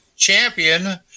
Champion